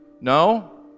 No